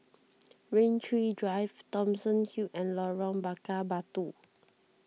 Rain Tree Drive Thomson Hill and Lorong Bakar Batu